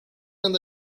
anda